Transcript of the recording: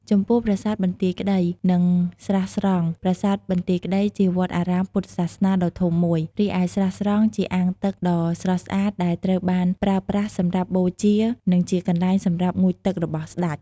ចំពោះ ប្រាសាទបន្ទាយក្តី និង ស្រះស្រង់ ប្រាសាទបន្ទាយក្តីជាវត្តអារាមពុទ្ធសាសនាដ៏ធំមួយ រីឯស្រះស្រង់ជាអាងទឹកដ៏ស្រស់ស្អាតដែលត្រូវបានប្រើប្រាស់សម្រាប់បូជា និងជាកន្លែងសម្រាប់ងូតទឹករបស់ស្តេច។